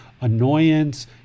annoyance